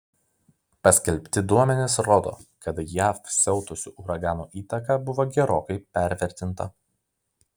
paskelbti duomenys rodo kad jav siautusių uraganų įtaka buvo gerokai pervertinta